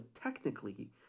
technically